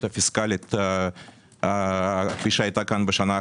הפיסקלית כפי שהייתה כאן בשנה האחרונה.